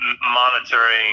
monitoring